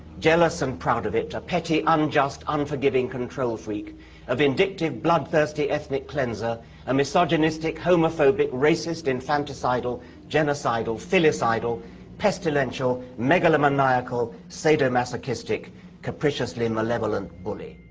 jealous and proud of it a petty unjust unforgiving control-freak a vindictive bloodthirsty ethnic cleanser a misogynistic homophobic racist infanticidal genocidal phyllis idle pestilential megalomaniacal sadomasochistic capriciously and malevolent bully